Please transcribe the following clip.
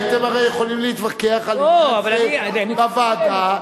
הייתם הרי יכולים להתווכח על עניין זה בוועדה,